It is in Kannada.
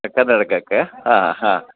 ಕರ್ನಾಟಕಕ್ಕಾ ಹಾಂ ಹಾಂ